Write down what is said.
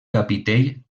capitell